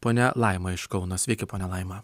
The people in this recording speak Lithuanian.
ponia laima iš kauno sveiki ponia laima